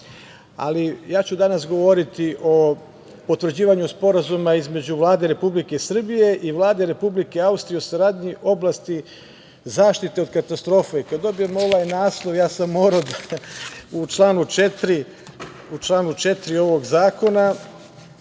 ću danas govoriti o potvrđivanju Sporazuma između Vlade Republike Srbije i Vlade Republike Austrije u saradnji u oblasti zaštite od katastrofa. Kada dobijemo ovaj naslov, ja sam morao da u članu 4. ovog zakona,